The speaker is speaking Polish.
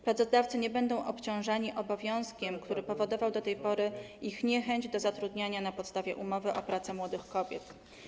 Pracodawcy nie będą obciążani obowiązkiem, który powodował do tej pory ich niechęć do zatrudniania na podstawie umowy o pracę młodych kobiet.